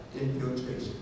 infiltration